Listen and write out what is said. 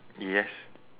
yes